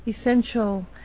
essential